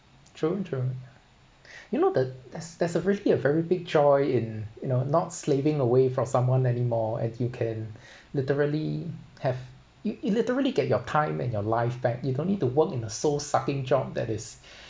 true true you know the there's there's a really a very big joy in you know not slaving away from someone anymore and you can literally have you you literally get your time and your life back you don't need to work in a soul sucking job that is